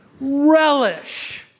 relish